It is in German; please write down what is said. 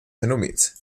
phänomens